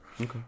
okay